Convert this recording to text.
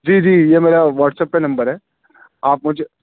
جی جی یہ میرا واٹس ایپ کا نمبر ہے آپ مجھے